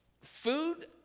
food